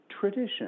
tradition